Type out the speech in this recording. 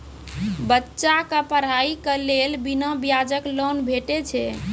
बच्चाक पढ़ाईक लेल बिना ब्याजक लोन भेटै छै?